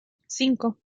cinco